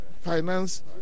finance